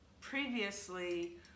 previously